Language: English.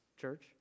church